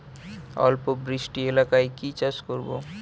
অল্প বৃষ্টি এলাকায় কি চাষ করব?